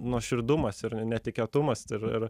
nuoširdumas ir netikėtumas ir ir